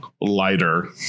lighter